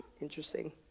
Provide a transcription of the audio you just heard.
Interesting